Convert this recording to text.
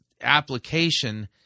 application